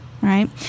right